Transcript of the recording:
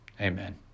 Amen